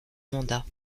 mandat